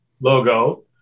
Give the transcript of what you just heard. logo